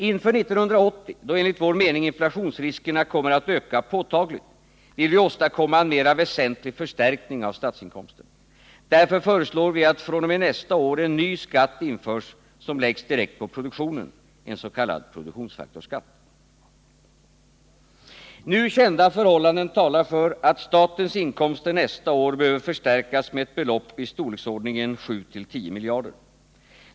Inför 1980, då enligt vår mening inflationsriskerna kommer att öka påtagligt, vill vi åstadkomma en mer väsentlig förstärkning av statsinkomsterna. Därför föreslår vi att fr.o.m. nästa år en ny skatt införs, som läggs direkt på produktionen, en s.k. produktionsfaktorsskatt. Nu kända förhållanden talar för att statens inkomster nästa år behöver förstärkas med ett belopp i storleksordningen 7—-10 miljarder.